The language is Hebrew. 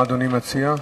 מה אדוני מציע?